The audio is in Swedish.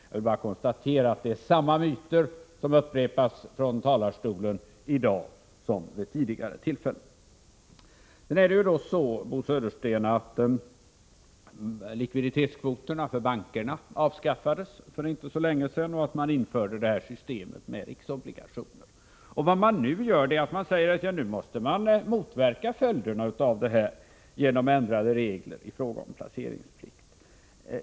Jag vill bara konstatera att det är samma myter som upprepas från talarstolen i dag som vid tidigare tillfällen. Sedan är det så, Bo Södersten, att likviditetskvoterna för bankerna avskaffades för inte så länge sedan, och man införde systemet med riksobligationer. Nu säger Södersten att man måste motverka följderna av detta genom ändrade regler i fråga om placeringsplikt.